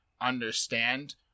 understand